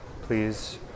please